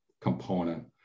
component